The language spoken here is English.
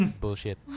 bullshit